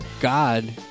God